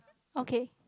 okay